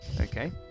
Okay